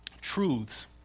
truths